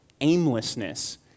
aimlessness